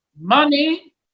money